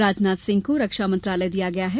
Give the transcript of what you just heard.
राजनाथ सिंह को रक्षा मंत्रालय दिया गया है